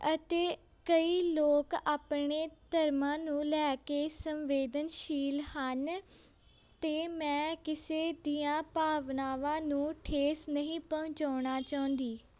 ਅਤੇ ਕਈ ਲੋਕ ਆਪਣੇ ਧਰਮਾਂ ਨੂੰ ਲੈ ਕੇ ਸੰਵੇਦਨਸ਼ੀਲ ਹਨ ਅਤੇ ਮੈਂ ਕਿਸੇ ਦੀਆਂ ਭਾਵਨਾਵਾਂ ਨੂੰ ਠੇਸ ਨਹੀਂ ਪਹੁੰਚਾਉਣਾ ਚਾਹੁੰਦੀ